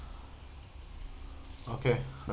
okay